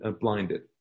blinded